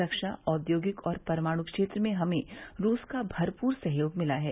रक्षा औद्योगिक और परमाणु क्षेत्र में हमें रूस का भरपूर सहयोग मिला है